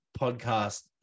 podcast